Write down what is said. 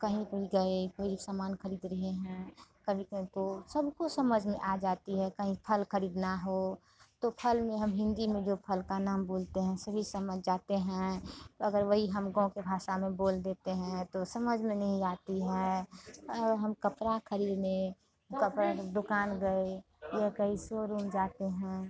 कहीं पर गए कोई भी सामान खरीद रहे हैं कभी कभी तो सबको समझ में आ जाती है कहीं फल खरीदना हो तो फल में हम हिन्दी में जो फल का नाम बोलते हैं सभी समझ जाते हैं अगर वही हम गँव के भाषा में बोल देते हैं तो समझ में नहीं आती है अगर हम कपड़ा खरीदने कपड़ा के दुकान गए या कहीं सोरूम जाते हैं